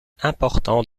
important